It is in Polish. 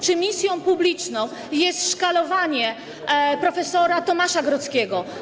Czy misją publiczną jest szkalowanie prof. Tomasza Grodzkiego?